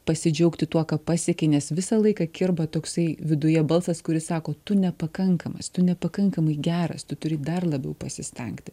pasidžiaugti tuo ką pasiekei nes visą laiką kirba toksai viduje balsas kuris sako tu nepakankamas tu nepakankamai geras tu turi dar labiau pasistengti